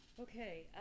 Okay